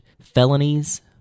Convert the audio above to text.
felonies